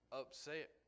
upset